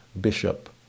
bishop